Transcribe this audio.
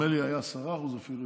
נדמה לי שהיה 10% אפילו,